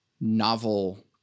novel